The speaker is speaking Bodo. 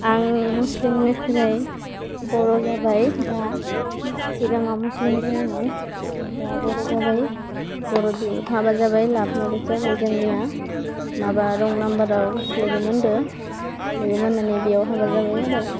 आं मुस्लिमनिफ्राय बर' जाबाय दा सिगाङाव मुस्लिम दङमोन दा बर' जाबाय बर'दि हाबा जाबाय लाभ मेरिस जाबाय जोंनिया माबा रं नाम्बाराव लोगो मोनदो लोगो मोन्नानै बेयाव हाबा जाबाय आरो